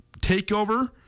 takeover